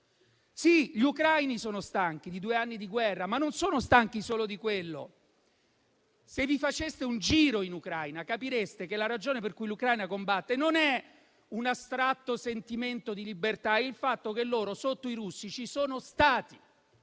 Sì, gli ucraini sono stanchi di due anni di guerra, ma non sono stanchi solo di quello. Se vi faceste un giro in Ucraina, capireste che la ragione per cui gli ucraini combattono non è un astratto sentimento di libertà, ma il fatto che loro sotto i russi ci sono stati